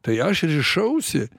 tai aš rišausi